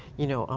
you know, ah